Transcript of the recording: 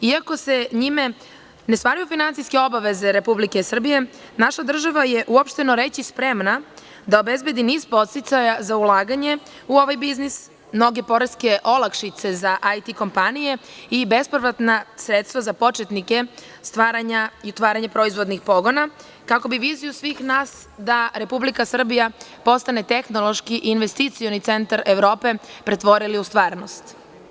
Iako se njime ne stvaraju finansijske obaveze Republike Srbije naša država je uopšteno reći, spremna da obezbedi niz podsticaja za ulaganje u ovaj biznis, mnoge poreske olakšice za IT kompanije i bespovratna sredstva za početnike, stvaranja i otvaranja proizvodnih pogona kako bi viziju svih nas, da Republika Srbija postane tehnološki i investicioni centar Evrope pretvorili u stvarnost.